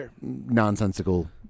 nonsensical